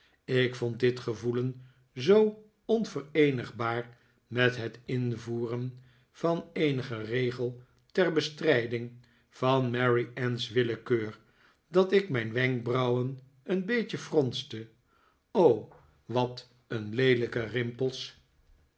ik vond dit gevoelen zoo onvereenigbaar met het invoeren van eenigen regel ter bestrijding van mary anne's willekeur dat ik rhijn wenkbrauwen een beetje fronste wat een leelijke rimpels